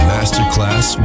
Masterclass